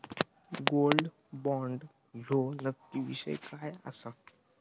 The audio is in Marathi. गोल्ड बॉण्ड ह्यो नक्की विषय काय आसा?